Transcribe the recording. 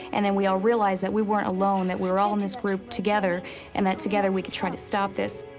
and then, we all realized that we weren't alone. that we were all in this group together and that, together, we could try to stop this.